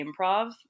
improv